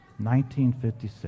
1956